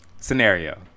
Scenario